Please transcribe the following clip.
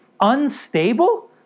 Unstable